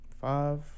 Five